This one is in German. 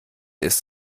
ist